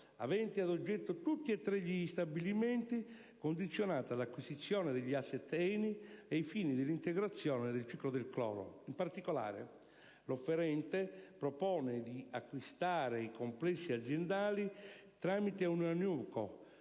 avente ad oggetto tutti e tre gli stabilimenti, condizionata all'acquisizione degli *asset* ENI, ai fini dell'integrazione del ciclo del cloro (in particolare, l'offerente GITA propone di acquistare i complessi aziendali tramite una *newco*,